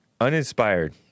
uninspired